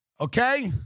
Okay